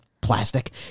plastic